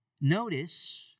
Notice